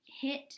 hit